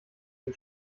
sie